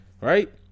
right